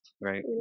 right